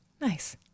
Nice